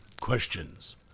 Questions